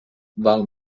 val